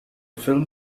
film